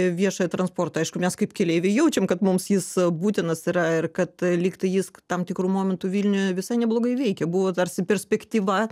į viešąjį transportą aišku mes kaip keleiviai jaučiam kad mums jis būtinas yra ir kad lygtai jis tam tikru momentu vilniuje visai neblogai veikė buvo tarsi perspektyva